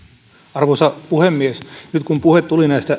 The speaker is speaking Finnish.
arvoisa puhemies nyt kun puhe tuli näistä